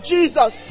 Jesus